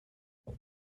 one